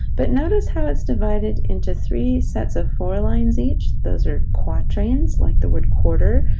but notice how it's divided into three sets of four lines each? those are quatrains, like the word quarter.